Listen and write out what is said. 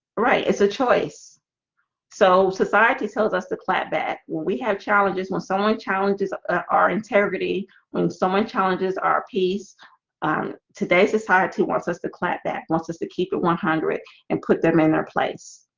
right. it's a choice so society tells us to clap back we have challenges when someone challenges our integrity when someone challenges our peace today society wants us to clap that wants us to keep it one hundred and put them in their place.